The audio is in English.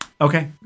Okay